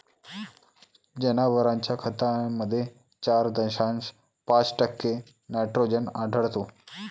जनावरांच्या खतामध्ये चार दशांश पाच टक्के नायट्रोजन आढळतो